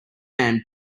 man